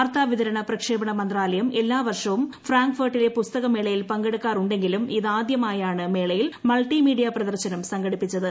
വാർത്താ വിതരണ പ്രിക്ക്ഷേപണ മന്ത്രാലയം എല്ലാ വർഷവും ഫ്രാങ്ക്ഫർട്ടിലെ പുസ്തകുമേള്യിൽ പങ്കെടുക്കാറുണ്ടെങ്കിലും ഇതാദ്യമായാണ് മേളയിൽ മൾട്ടിമ്പീഡീയ പ്രദർശനം സംഘടിപ്പിച്ചത്